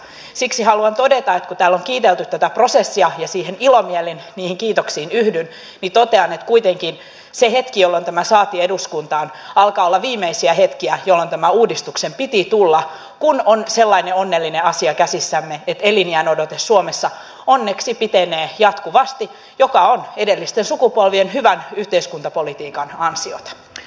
siksi haluan todeta että kun täällä on kiitelty tätä prosessia ja ilomielin niihin kiitoksiin yhdyn niin totean että kuitenkin se hetki jolloin tämä saatiin eduskuntaan alkaa olla viimeisiä hetkiä jolloin tämän uudistuksen piti tulla kun on sellainen onnellinen asia käsissämme että eliniänodote suomessa onneksi pitenee jatkuvasti mikä on edellisten sukupolvien hyvän yhteiskuntapolitiikan ansiota